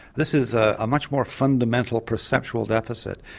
this is a ah much more fundamental perceptual deficit.